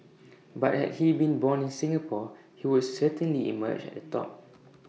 but had he been born in Singapore he would certainly emerge at the top